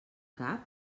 cap